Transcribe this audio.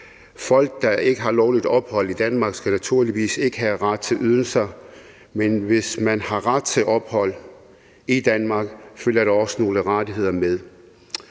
Folk, der ikke har lovligt ophold i Danmark, skal naturligvis ikke have ret til ydelser, men hvis man har ret til ophold i Danmark, følger der også nogle rettigheder med.